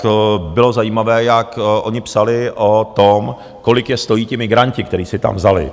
To bylo zajímavé, jak oni psali o tom, kolik je stojí ti migranti, které si tam vzali.